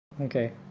Okay